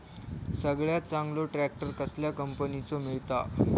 सगळ्यात चांगलो ट्रॅक्टर कसल्या कंपनीचो मिळता?